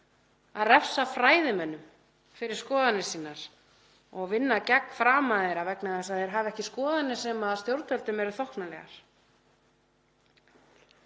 að refsa fræðimönnum fyrir skoðanir sínar og vinna gegn frama þeirra vegna þess að þeir hafa ekki skoðanir sem stjórnvöldum eru þóknanlegar.